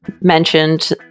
mentioned